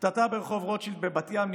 קטטה ברחוב רוטשילד בבת ים,